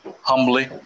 humbly